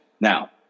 Now